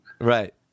Right